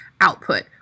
output